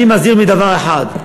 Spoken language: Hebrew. אני מזהיר מדבר אחד,